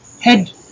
head